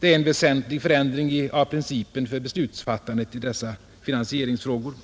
Det är en väsentlig förändring av principen för beslutsfattandet i dessa finansieringsfrågor.